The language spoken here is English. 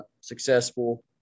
Successful